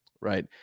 right